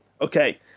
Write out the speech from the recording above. Okay